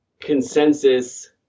consensus